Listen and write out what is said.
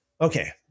Okay